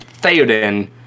Theoden